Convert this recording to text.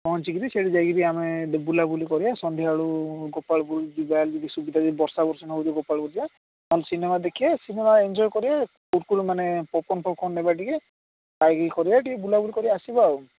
ପହଞ୍ଚିକରି ସେଇଠି ଯାଇକରି ଆମେ ବୁଲାବୁଲି କରିବା ସନ୍ଧ୍ୟା ବେଳୁ ଗୋପାଳପୁର ଯିବା ବୋଲିକି ସୁବିଧା ଯଦି ବର୍ଷା ଫର୍ଷା ନ ହେଉଥିବ ଗୋପାଳପୁର ଜିବା ନହେଲେ ସିନେମା ଦେଖିବା ସିନେମା ଏଞ୍ଜୟ କରିବା କୁରକୁରେ ମାନେ ପପକର୍ଣ୍ଣ ଫପକର୍ଣ୍ଣ ନେବା ଟିକିଏ ଖିଆଖିଇ କରିବା ଟିକିଏ ବୁଲାବୁଲି କରିକି ଆସିବା ଆଉ